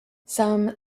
some